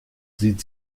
sieht